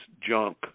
junk